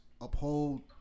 uphold